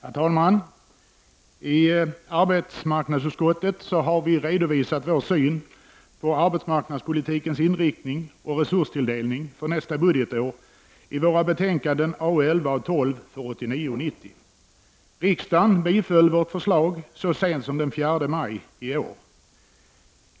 Herr talman! I arbetsmarknadsutskottet har vi redovisat vår syn på arbetsmarknadspolitikens inriktning och resurstilldelningen för nästa budgetår i betänkandena AU11 och 12 för 1989/90. Riksdagen biföll vårt förslag så sent som den 4 maj i år.